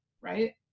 right